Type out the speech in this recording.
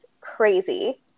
crazy